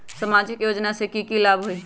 सामाजिक योजना से की की लाभ होई?